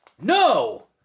No